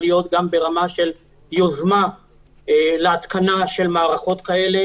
להיות גם ברמה של יוזמה להתקנה של מערכות כאלה,